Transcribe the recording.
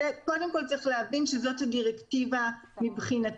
קודם כל צריך להבין שזאת הדירקטיבה מבחינתנו.